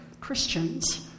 Christians